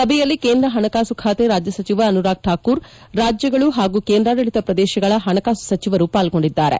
ಸಭೆಯಲ್ಲಿ ಕೇಂದ್ರ ಹಣಕಾಸು ಖಾತೆ ರಾಜ್ಯ ಸಚಿವ ಅನುರಾಗ್ ಠಾಕೂರ್ ರಾಜ್ಜಗಳ ಹಾಗೂ ಕೇಂದ್ರಾಡಳಿತ ಪ್ರದೇಶಗಳ ಹಣಕಾಸು ಸಚಿವರು ಪಾಲ್ಗೊಂಡಿದ್ದಾರೆ